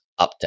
update